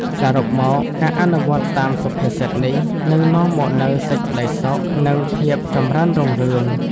សរុបមក ការអនុវត្តតាមសុភាសិតនេះ នឹងនាំមកនូវសេចក្ដីសុខ និងភាពចម្រើនរុងរឿង។